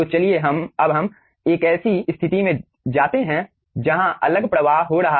तो चलिए अब हम एक ऐसी स्थिति में जाते हैं जहाँ अलग प्रवाह हो रहा है